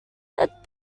that